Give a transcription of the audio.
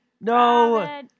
No